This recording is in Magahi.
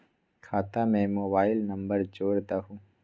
खाता में मोबाइल नंबर जोड़ दहु?